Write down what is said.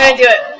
ah do it!